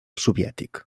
soviètic